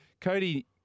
Cody